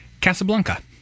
Casablanca